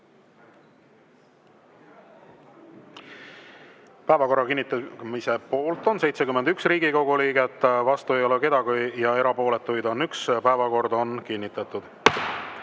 Päevakorra kinnitamise poolt on 71 Riigikogu liiget, vastu ei ole keegi ja erapooletuid on 1. Päevakord on kinnitatud. Ja